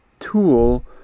tool